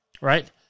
right